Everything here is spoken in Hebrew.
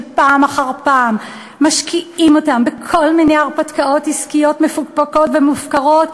שפעם אחר פעם משקיעים אותם בכל מיני הרפתקאות עסקיות מפוקפקות ומופקרות,